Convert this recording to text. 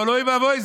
אבל אוי ואבוי,